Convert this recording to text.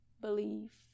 believe